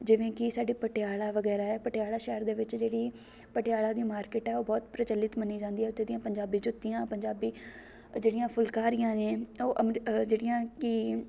ਜਿਵੇਂ ਕਿ ਸਾਡੀ ਪਟਿਆਲਾ ਵਗੈਰਾ ਹੈ ਪਟਿਆਲਾ ਸ਼ਹਿਰ ਦੇ ਵਿੱਚ ਜਿਹੜੀ ਪਟਿਆਲਾ ਦੀ ਮਾਰਕਿਟ ਹੈ ਉਹ ਬਹੁਤ ਪ੍ਰਚੱਲਿਤ ਮੰਨੀ ਜਾਂਦੀ ਹੈ ਅਤੇ ਉਹਦੀਆਂ ਪੰਜਾਬੀ ਜੁੱਤੀਆਂ ਪੰਜਾਬੀ ਜਿਹੜੀਆਂ ਫੁੱਲਕਾਰੀਆਂ ਨੇ ਉਹ ਅਮ ਜਿਹੜੀਆਂ ਕਿ